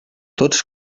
tots